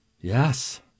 Yes